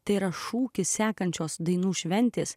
tai yra šūkis sekančios dainų šventės